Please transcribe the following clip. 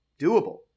Doable